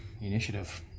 initiative